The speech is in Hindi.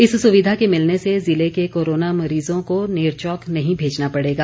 इस सुविधा के मिलने से जिले के कोरोना मरीजों को नेरचौक नहीं भेजना पड़ेगा